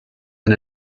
and